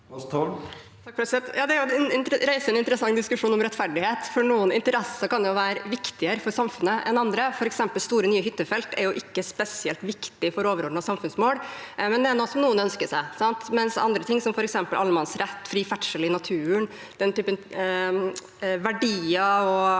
reiser en in- teressant diskusjon om rettferdighet, for noen interesser kan være viktigere for samfunnet enn andre. For eksempel er ikke store, nye hyttefelt spesielt viktige for overordnede samfunnsmål, men det er noe som noen ønsker seg, mens andre ting som f.eks. allemannsrett, fri ferdsel i naturen – den typen verdier og